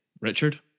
Richard